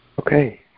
Okay